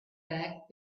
back